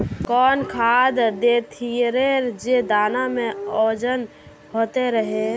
कौन खाद देथियेरे जे दाना में ओजन होते रेह?